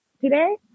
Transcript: today